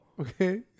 Okay